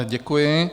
Děkuji.